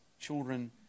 children